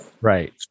Right